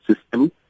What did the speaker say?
system